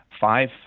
five